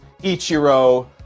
Ichiro